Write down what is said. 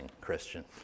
Christian